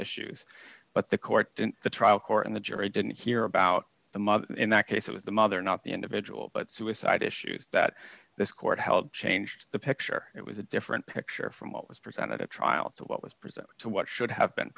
issues but the court the trial court and the jury didn't hear about the mother in that case it was the mother not the individual but suicide issues that this court held changed the picture it was a different picture from what was presented at trial what was presented to what should have been